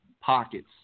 pockets